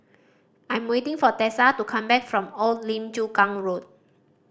I'm waiting for Tessa to come back from Old Lim Chu Kang Road